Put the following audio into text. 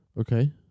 Okay